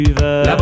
La